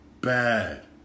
bad